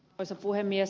arvoisa puhemies